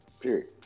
Period